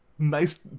Nice